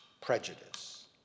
prejudice